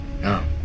No